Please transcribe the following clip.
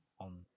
On